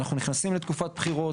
אנחנו נכנסים לתקופת בחירות,